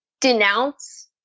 denounce